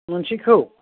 मोनसेखौ